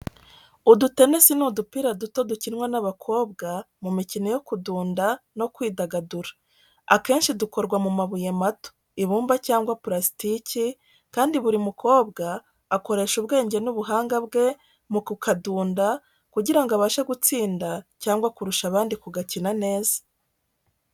Udutenesi ni udupira duto dukinwa n’abakobwa mu mikino yo kudunda no kwidagadura. Akenshi dukorwa mu mabuye mato, ibumba cyangwa plastiki, kandi buri mukobwa akoresha ubwenge n’ubuhanga bwe mu kukadunda kugira ngo abashe gutsinda cyangwa kurusha abandi kugakina neza.